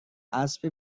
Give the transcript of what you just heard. اسب